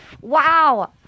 Wow